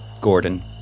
Gordon